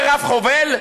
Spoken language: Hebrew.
זה רב-חובל?